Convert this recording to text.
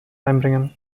einbringen